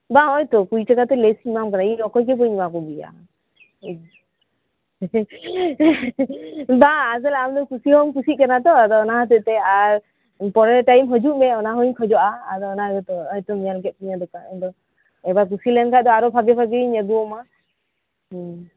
ᱵᱟᱝ ᱦᱚᱸᱜ ᱚᱭᱛᱚ ᱠᱩᱲᱤ ᱛᱚ ᱴᱟᱠᱟ ᱞᱮᱥ ᱮᱢᱟᱢ ᱠᱟᱱᱟ ᱤᱧ ᱚᱠᱚᱭ ᱜᱮ ᱵᱟᱹᱧ ᱮᱢᱟᱠᱚᱜᱮᱭᱟ ᱵᱟᱝ ᱟᱥᱚᱞᱮ ᱟᱢ ᱠᱩᱥᱤ ᱦᱚᱸᱢ ᱠᱩᱥᱤᱜ ᱠᱟᱱᱟ ᱛᱚ ᱟᱫᱚ ᱚᱱᱟ ᱦᱚᱛᱮᱜ ᱛᱮ ᱟᱨ ᱯᱚᱨᱮ ᱴᱟᱭᱤᱢ ᱦᱟᱡᱩᱜ ᱢᱮ ᱚᱱᱟ ᱦᱚᱸᱧ ᱠᱷᱚᱡᱚᱜᱼᱟ ᱟᱫᱚ ᱚᱱᱟ ᱜᱮ ᱛᱚ ᱱᱤᱛᱳᱝ ᱧᱮᱞ ᱠᱮᱫ ᱛᱤᱧᱟᱹ ᱮᱵᱟᱨ ᱠᱩᱥᱤᱞᱮᱱ ᱠᱷᱟᱡ ᱫᱚ ᱵᱷᱟᱜᱤ ᱵᱷᱟᱜᱤᱧ ᱩᱫᱩᱜ ᱟᱢᱟ ᱦᱮᱸ